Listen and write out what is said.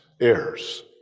heirs